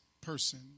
person